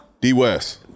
D-West